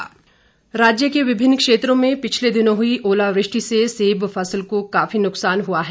नुक्सान राज्य के विभिन्न क्षेत्रों में पिछले दिनों हुई ओलावृष्टि से सेब फसल को काफी नुक्सान हुआ है